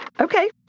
Okay